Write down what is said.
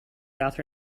author